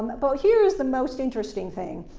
but but here's the most interesting thing.